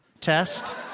test